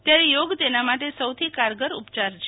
ત્યારે યોગ તેના માટે સૌથી કારગરા ઉપચાર છે